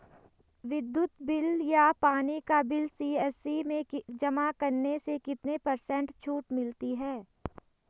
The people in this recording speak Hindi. विद्युत बिल या पानी का बिल सी.एस.सी में जमा करने से कितने पर्सेंट छूट मिलती है?